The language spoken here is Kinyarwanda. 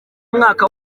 umwaka